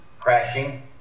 crashing